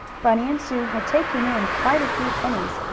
bunny and sue had taken in quite a few pennies,